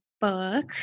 book